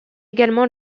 également